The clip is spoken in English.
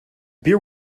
beer